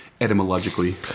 etymologically